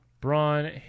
braun